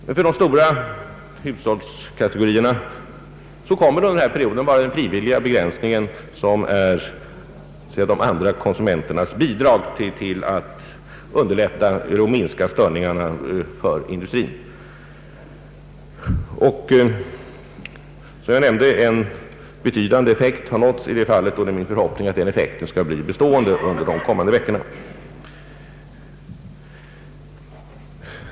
Perioden av frivillig begränsning av elförbrukningen hos de stora hushållskategorierna blir dessa konsumenters bidrag till att underlätta och minska störningarna för industrin. En betydande effekt har nåtts i det fallet, och det är min förhoppning att den effekten skall bli bestående under de kommande veckorna.